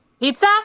Pizza